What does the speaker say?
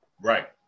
Right